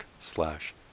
slash